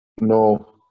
No